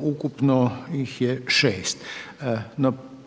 ukupno ih je šest.